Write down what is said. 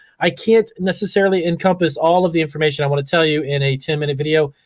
i can't necessarily encompass all of the information i want to tell you in a ten minute video.